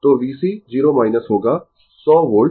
तो VC 0 होगा 100 volt